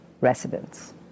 residents